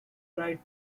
bright